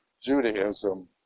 Judaism